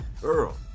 girl